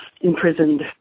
imprisoned